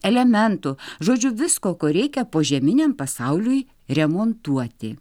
elementų žodžiu visko ko reikia požeminiam pasauliui remontuoti